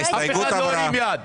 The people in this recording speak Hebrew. אף אחד לא הרים יד.